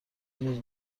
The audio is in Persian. نیز